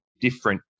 different